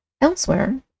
Elsewhere